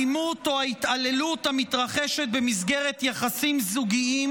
אלימות או התעללות המתרחשת במסגרת יחסים זוגיים